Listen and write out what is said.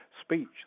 speech